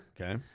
Okay